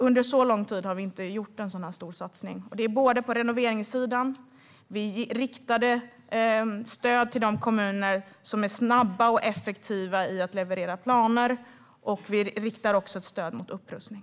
Under så lång tid har det inte gjorts en sådan stor satsning. Vi riktar stöd för renoveringar till de kommuner som snabbt och effektivt levererar planer och riktar också ett stöd för upprustning.